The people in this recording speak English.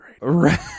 right